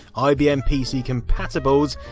ibm pc compatibles.